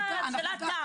שאלת תם.